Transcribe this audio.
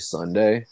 Sunday